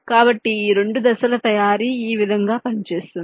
కాబట్టి ఈ రెండు దశల తయారీ ఈ విధంగా పనిచేస్తుంది